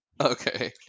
okay